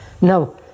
Now